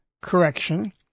correction